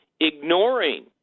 ignoring